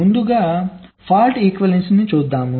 ముందుగా తప్పు సమానత్వాన్ని చూద్దాం